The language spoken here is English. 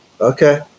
okay